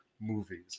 movies